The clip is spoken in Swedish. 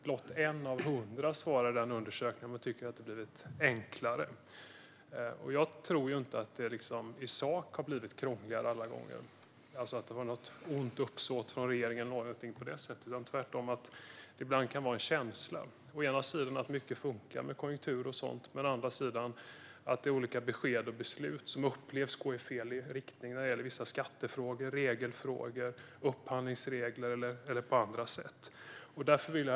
Blott 1 av 100 svarar i undersökningen att det har blivit enklare. Jag tror inte att det har blivit krångligare i sak alla gånger, alltså att regeringen skulle ha något ont uppsåt eller något sådant. Ibland kan det tvärtom vara en känsla. Å ena sidan fungerar mycket med konjunktur och sådant, men å andra sidan upplevs det som att olika besked och beslut leder i fel riktning när det gäller vissa skattefrågor, regelfrågor, upphandlingsregler eller på andra sätt. Herr talman!